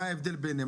מה ההבדל ביניהם?